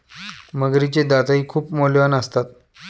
मगरीचे दातही खूप मौल्यवान असतात